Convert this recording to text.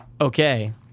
Okay